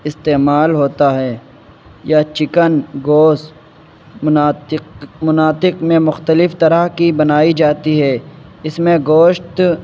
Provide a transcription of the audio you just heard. استعمال ہوتا ہے یا چکن گوشت مناطق مناطق میں مخلتف طرح کی بنائی جاتی ہے اس میں گوشت